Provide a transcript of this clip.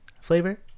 flavor